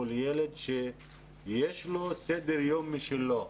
מול ילד שיש לו סדר יום משלו,